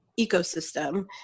ecosystem